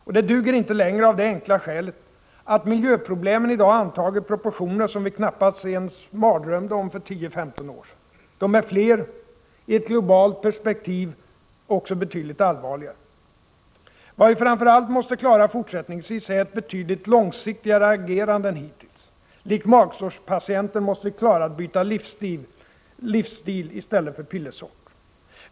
Detta duger inte längre — av det enkla skälet att miljöproblemen i dag antagit proportioner som vi knappast ens hade mardrömmar om för 10-15 år sedan. De är fler, i ett globalt perspektiv också betydligt allvarligare. Vad vi framför allt måste klara fortsättningsvis är ett betydligt långsiktigare agerande än hittills; likt magsårspatienten måste vi klara att byta livsstil i stället för pillersort.